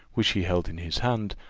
which he held in his hand,